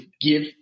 give